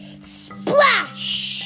Splash